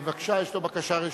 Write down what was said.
בבקשה, יש לו רשות דיבור.